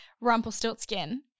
Rumpelstiltskin